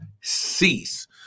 cease